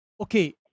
okay